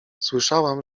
słyszałam